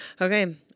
Okay